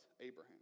Abraham